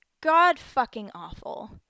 god-fucking-awful